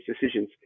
decisions